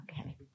Okay